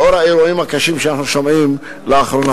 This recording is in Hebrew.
לאור האירועים הקשים שאנו שומעים עליהם לאחרונה.